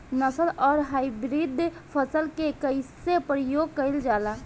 नस्ल आउर हाइब्रिड फसल के कइसे प्रयोग कइल जाला?